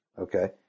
okay